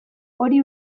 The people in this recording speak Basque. hori